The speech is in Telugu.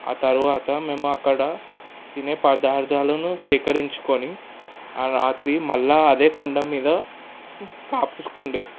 ఆ తరువాత మేమక్కడ తినే పదార్థాలను సేకరించుకోని ఆ రాత్రి మళ్ళీ అదే కొండమీద కాపుసుకుండే